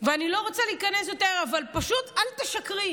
ואני לא רוצה להיכנס יותר, אבל פשוט אל תשקרי.